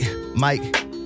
Mike